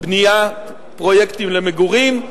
בניית פרויקטים למגורים.